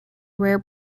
rare